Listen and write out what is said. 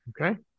Okay